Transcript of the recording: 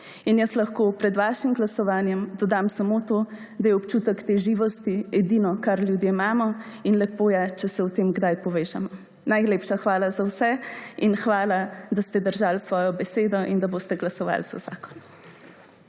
In jaz lahko pred vašim glasovanjem dodam samo to, da je občutek te živosti edino, kar ljudje imajo in lepo je, če se v tem kdaj povežemo. Najlepša hvala za vse in hvala, da ste držali svojo besedo in da boste glasovali za zakon.